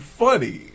funny